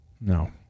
No